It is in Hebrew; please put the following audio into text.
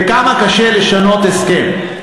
וכמה קשה לשנות הסכם,